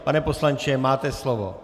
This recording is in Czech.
Pane poslanče, máte slovo.